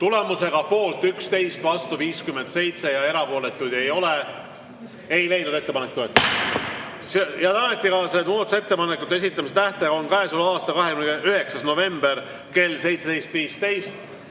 Tulemusega poolt 11, vastu 57 ja erapooletuid ei ole, ei leidnud ettepanek toetust. Head ametikaaslased, muudatusettepanekute esitamise tähtaeg on käesoleva aasta 29. november kell 17.15.